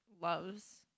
loves